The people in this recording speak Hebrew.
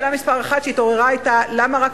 שאלה מספר אחת שהתעוררה היתה: למה רק